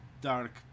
dark